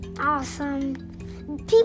awesome